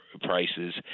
prices